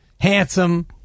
handsome